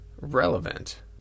relevant